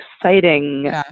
exciting